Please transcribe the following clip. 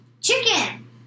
chicken